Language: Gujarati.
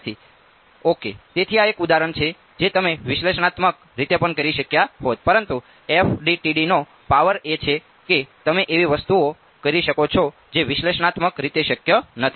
વિદ્યાર્થી ઓકે તેથી આ એક ઉદાહરણ છે જે તમે વિશ્લેષણાત્મક રીતે પણ કરી શક્યા હોત પરંતુ FDTD નો પાવર એ છે કે તમે એવી વસ્તુઓ કરી શકો છો જે વિશ્લેષણાત્મક રીતે શક્ય નથી